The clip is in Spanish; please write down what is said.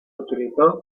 utilizó